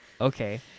okay